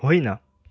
होइन